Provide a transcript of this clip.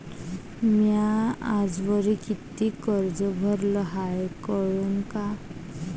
म्या आजवरी कितीक कर्ज भरलं हाय कळन का?